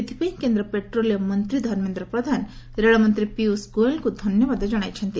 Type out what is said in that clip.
ଏଥିପାଇଁ କେନ୍ଦ ପେଟ୍ରୋଲିୟମ ମନ୍ତୀ ଧର୍ମେନ୍ଦ ପ୍ରଧାନ ରେଳମନ୍ତୀ ପିୟୁଷ ଗୋଏଲଙ୍କୁ ଧନ୍ୟବାଦ ଜଣାଇଛନ୍ତି